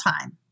time